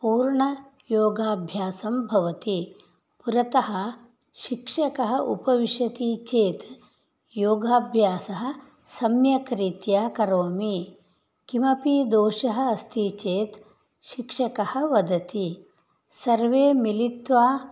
पूर्णयोगाभ्यासं भवति पुरतः शिक्षकः उपविशति चेत् योगाभ्यासः सम्यक्रीत्या करोमि किमपि दोषः अस्ति चेत् शिक्षकः वदति सर्वे मिलित्वा